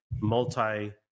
multi